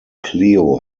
cleo